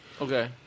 Okay